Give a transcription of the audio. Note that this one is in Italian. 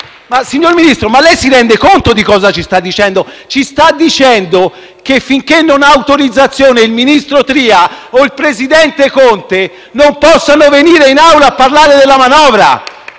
Signor Ministro, si rende conto di cosa ci sta dicendo? Lei sta dicendo che, finché non hanno l'autorizzazione, il ministro Tria e il presidente Conte non possono venire in Aula a parlare della manovra.